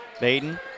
Baden